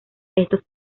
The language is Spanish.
estos